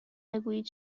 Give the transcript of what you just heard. بگویید